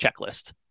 checklist